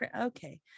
okay